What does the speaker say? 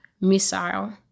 missile